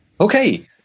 Okay